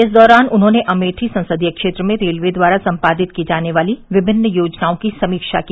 इस दौरान उन्होंने अमेठी संसदीय क्षेत्र में रेलवे द्वारा सम्पादित की जाने वाली विमिन्न योजनाओं की समीक्षा की